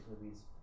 movies